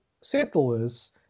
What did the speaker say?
settlers